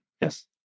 Yes